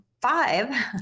Five